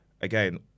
again